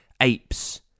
Apes